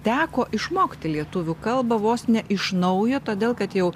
teko išmokti lietuvių kalbą vos ne iš naujo todėl kad jau